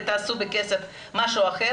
ותעשו בכסף משהו אחר,